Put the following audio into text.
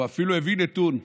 והוא אפילו הביא נתון.